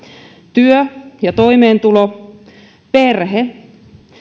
työ ja toimeentulo perhe